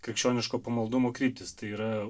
krikščioniško pamaldumo kryptys tai yra